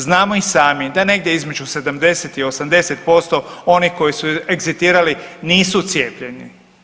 Znamo i sami da negdje između 70 i 80% onih koji su egzitirali nisu cijepljeni.